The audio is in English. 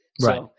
Right